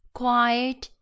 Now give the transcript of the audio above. quiet